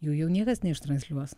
jų jau niekas neištransliuos